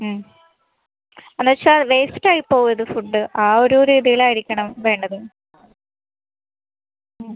എല്ലെച്ച വേസ്റ്റായി പോകും ഇത് ഫുഡ്ഡ് ആ ഒരു രീതിയിലായിരിക്കണം വേണ്ടത്